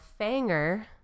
fanger